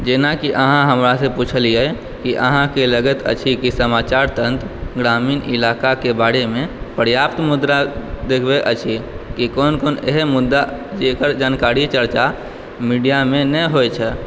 जेनाकि अहाँ हमरा सॅं पुछलियै कि अहाँके लगैत अछि कि समाचार तंत्र ग्रामीण इलाका के बारे मे पर्याप्त मुद्दा देखबै अछि ई कोन कोन एहि मुद्दा जे एकर जानकारी चर्चा मीडिया मे नहि होइ छै